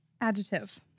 adjective